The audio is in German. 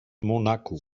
monaco